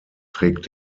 trägt